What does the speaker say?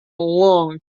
long